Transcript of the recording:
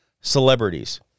Celebrities